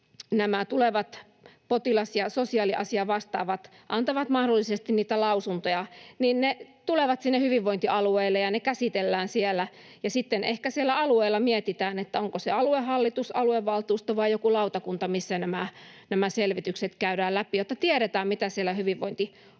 nämä tulevat potilas- ja sosiaaliasiavastaavat antavat mahdollisesti lausuntoja, niin ne tulevat hyvinvointialueille ja ne käsitellään siellä ja sitten ehkä alueella mietitään, onko se aluehallitus, aluevaltuusto vai joku lautakunta, missä nämä selvitykset käydään läpi, jotta tiedetään, mitä siellä hyvinvointialueella